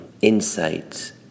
insights